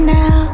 now